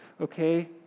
okay